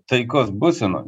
taikos būsenoj